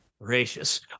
gracious